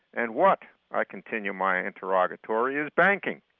and what i continue my interrogatory, is banking?